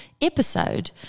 episode